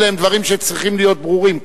אלה הם דברים שצריכים להיות ברורים.